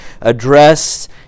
address